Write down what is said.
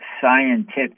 scientific